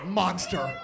monster